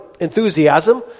enthusiasm